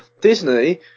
Disney